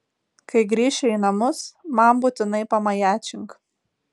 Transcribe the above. kai grįši į namus man būtinai pamajačink